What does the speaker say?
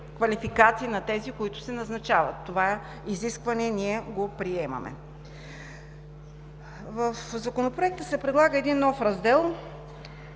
преквалификация на тези, които се назначават. Това изискване ние го приемаме. В Законопроекта се предлага един нов раздел